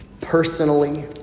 personally